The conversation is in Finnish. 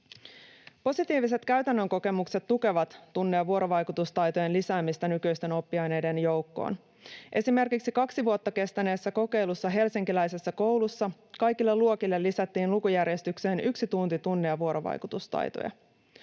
Positiiviset käytännön kokemukset tukevat tunne‑ ja vuorovaikutustaitojen lisäämistä nykyisten oppiaineiden joukkoon. Esimerkiksi kaksi vuotta kestäneessä kokeilussa helsinkiläisessä koulussa kaikille luokille lisättiin lukujärjestykseen yksi tunti tunne‑ ja vuorovaikutustaitoja.